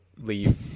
leave